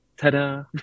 ta-da